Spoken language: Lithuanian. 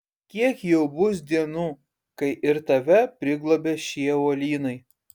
kiek jau bus dienų kai ir tave priglobė šie uolynai